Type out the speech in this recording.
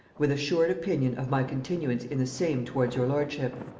with assured opinion of my continuance in the same towards your lordship.